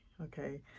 okay